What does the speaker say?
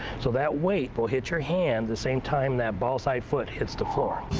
so, that weight will hit your hand the same time that ball side foot hits the floor.